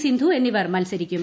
സിന്ധു എന്നിവർ മത്സരിക്കും